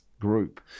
group